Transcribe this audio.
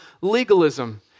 legalism